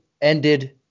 ended